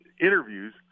interviews